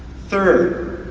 third,